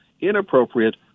inappropriate